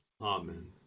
Amen